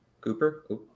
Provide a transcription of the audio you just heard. cooper